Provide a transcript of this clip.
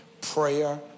Prayer